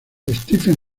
stephen